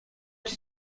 czy